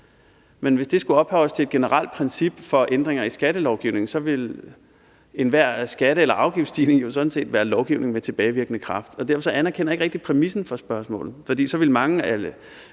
Men hvis det skulle ophøjes til et generelt princip for ændringer i skattelovgivningen, ville enhver skatte- eller afgiftsstigning jo sådan set være lovgivning med tilbagevirkende kraft. Derfor anerkender jeg ikke rigtig præmissen for spørgsmålet, for så ville mange